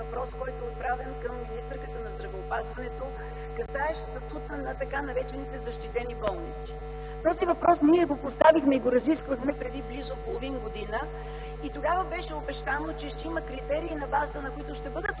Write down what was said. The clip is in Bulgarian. който е отправен на министърката на здравеопазването, касаещ статута на така наречените защитени болници. Този въпрос ние го поставихме и го разисквахме преди близо половин година. Тогава беше обещано, че ще има критерии, на базата на които ще бъдат